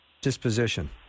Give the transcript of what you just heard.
disposition